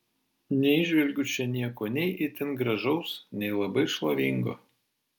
neįžvelgiu čia nieko nei itin gražaus nei labai šlovingo